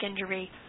injury